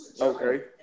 Okay